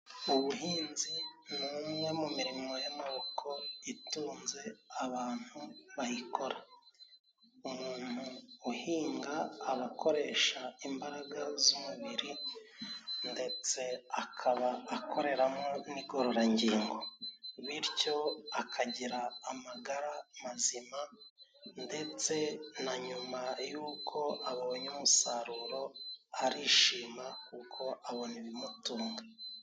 Ubuhinzi ni umwe mu mirimo y'amaboko itunze abantu bayikora. Umuntu uhinga abakoresha imbaraga z'umubiri, ndetse akaba akoreramo n'igororangingo. Bityo akagira amagara mazima ndetse na nyuma y'uko abonye umusaruro, arishima kuko abona ibimutunga.